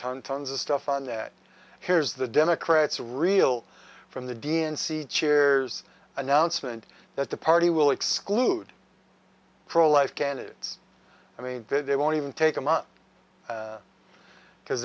tons of stuff on that here's the democrats real from the d n c chairs announcement that the party will exclude pro life candidates i mean they won't even take them up because